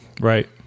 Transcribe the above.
Right